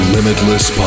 Limitless